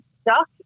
stuck